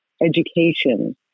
education